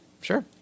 Sure